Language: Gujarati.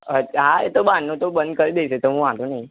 અચ્છા હા એ તો બહારનું બંધ કરી દઇશ એ તો વાંધો નહીં